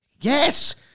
Yes